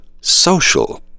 social